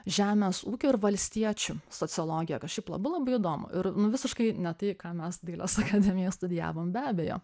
žemės ūkio ir valstiečių sociologiją kas šiaip labai labai įdomu ir nu visiškai ne tai ką mes dailės akademijoj studijavom be abejo